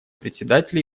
председателя